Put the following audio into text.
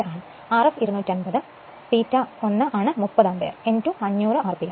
5 ആണ് Rf 250 ∅1 ആണ് 30 ampere n2 500 rpm